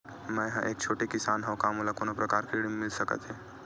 मै ह एक छोटे किसान हंव का मोला कोनो प्रकार के ऋण मिल सकत हे का?